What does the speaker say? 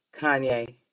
kanye